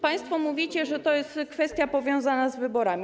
Państwo mówicie, że to jest kwestia powiązana z wyborami.